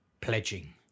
pledging